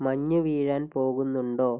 മഞ്ഞ് വീഴാൻ പോകുന്നുണ്ടോ